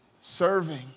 Serving